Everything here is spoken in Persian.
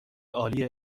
عالی